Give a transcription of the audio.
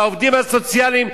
והעובדים הסוציאליים,